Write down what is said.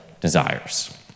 desires